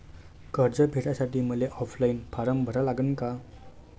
कर्ज भेटासाठी मले ऑफलाईन फारम भरा लागन का?